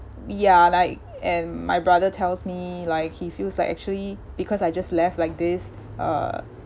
ya like and my brother tells me like he feels like actually because I just left like this uh